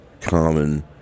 common